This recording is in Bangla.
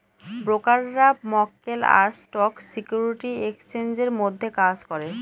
ব্রোকাররা মক্কেল আর স্টক সিকিউরিটি এক্সচেঞ্জের মধ্যে কাজ করে